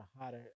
hotter